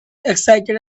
excited